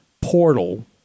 portal